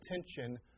attention